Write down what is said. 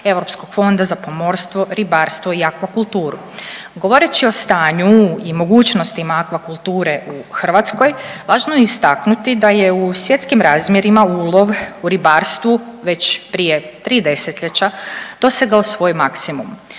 Europskog fonda za pomorstvo, ribarstvo i aquakulturu. Govoreći o stanju i mogućnostima aquakulture u Hrvatskoj važno je istaknuti da je u svjetskim razmjerima ulov u ribarstvu već prije tri desetljeća dosegao svoj maksimum.